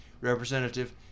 representative